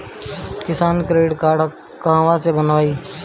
किसान credit card कहवा से बनवाई?